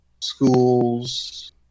schools